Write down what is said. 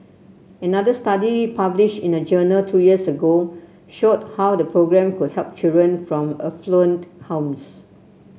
another study published in a journal two years ago showed how the programme could help children from affluent homes